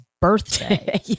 birthday